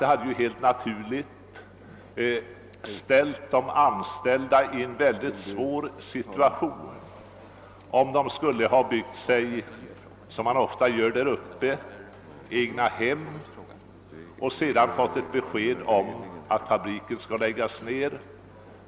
Det skulle helt naturligt ha satt de anställda i en svår situation om man, såsom man ofta gör däruppe, hade byggt egna hem och sedan fått besked om att fabriken skulle läggas ned.